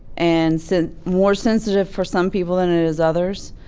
and so more sensitive for some people than it is others,